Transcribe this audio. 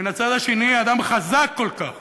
ומצד שני אדם חזק כל כך